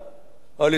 או על יסוד הסכם